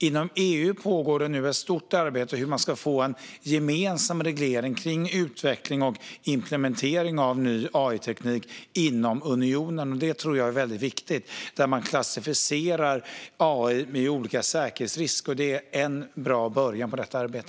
Inom EU pågår nu ett stort arbete gällande hur man ska få en gemensam reglering för utveckling och implementering av ny AI-teknik inom unionen. Detta tror jag är väldigt viktigt. Där klassificerar man AI med olika säkerhetsrisker, vilket är en bra början på detta arbete.